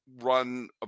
run